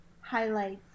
highlights